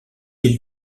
île